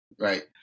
right